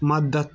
مدد